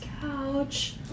couch